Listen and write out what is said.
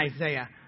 Isaiah